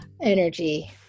Energy